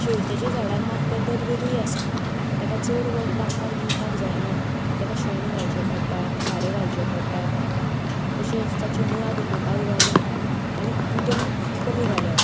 शेंवत्याच्या झाडाक मात पद्धत वेगळी आसा ताका चड वत लागपाक दिवपाक जायना ताका शेण घालचें पडटा सारें घालचें पडटा तशेंच ताची मुळां दुखोवपाक जायना आनी उदक कमी घालप